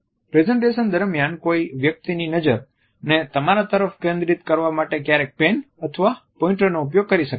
presentation દરમિયાન કોઈ વ્યક્તિની નજરને તમારા તરફ કેન્દ્રિત કરવા માટે ક્યારેક પેન અથવા પોઇન્ટર નો ઉપયોગ કરી શકાય છે